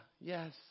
yes